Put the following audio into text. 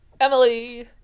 Emily